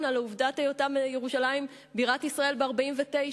על עובדת היות ירושלים בירת ישראל ב-1949.